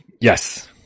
Yes